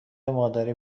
مادری